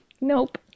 nope